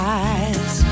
eyes